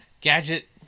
gadget